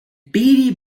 beady